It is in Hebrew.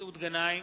מסעוד גנאים,